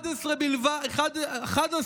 רק 11